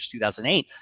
2008